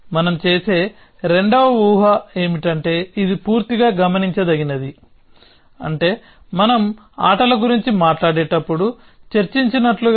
మనం చేసే రెండవ ఊహ ఏమిటంటే ఇది పూర్తిగా గమనించదగినది అంటే మనం ఆటల గురించి మాట్లాడేటప్పుడు చర్చించినట్లుగానే